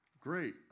great